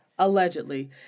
allegedly